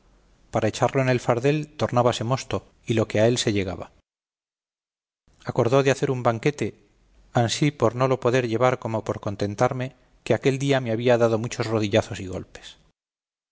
para echarlo en el fardel tornábase mosto y lo que a él se llegaba acordó de hacer un banquete ansí por no lo poder llevar como por contentarme que aquel día me había dado muchos rodillazos y golpes